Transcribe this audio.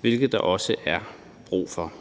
hvilket der også er brug for.